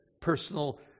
personal